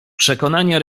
przekonania